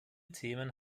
themen